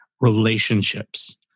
relationships